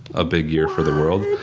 a big year for the world.